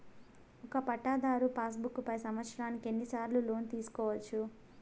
ఒక పట్టాధారు passbook పై సంవత్సరానికి ఎన్ని సార్లు లోను తీసుకోవచ్చు?